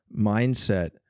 mindset